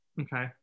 Okay